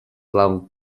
level